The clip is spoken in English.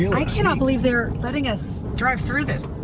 i cannot believe they're letting us drive through this.